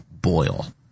boil